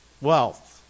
wealth